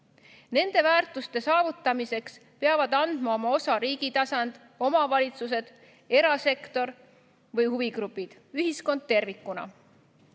Nende väärtuste saavutamiseks peavad andma oma osa riigitasand, omavalitsused, erasektor või huvigrupid – ühiskond tervikuna.